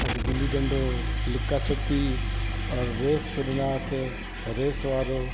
असां गिल्ली डंडो लिका छुपी और रेस खेॾंदा हुआसीं रेस वारो